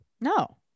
No